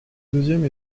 deuxième